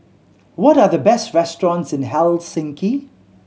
what are the best restaurants in Helsinki